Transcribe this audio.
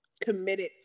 committed